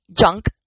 junk